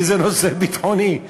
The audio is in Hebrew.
כי זה נושא ביטחוני.